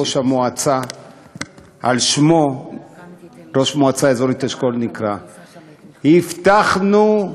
על שמו המועצה האזורית אשכול נקראת: הבטחנו,